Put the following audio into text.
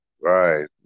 Right